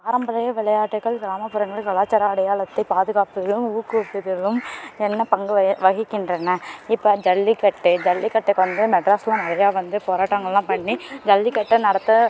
பாரம்பரிய விளையாட்டுக்கள் கிராமப்புறங்களின் கலாச்சார அடையாளத்தைப் பாதுகாப்பதிலும் ஊக்குவிப்பதிலும் என்ன பங்கு வகிக் வகிக்கின்றன இப்போ ஜல்லிக்கட்டு ஜல்லிக்கட்டுக்கு வந்து மெட்ராஸ்லாம் நிறையா வந்து போராட்டங்கள்லாம் பண்ணி ஜல்லிக்கட்டை நடத்த